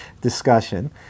discussion